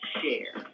share